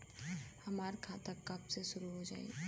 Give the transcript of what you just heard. हमार खाता कब से शूरू हो जाई?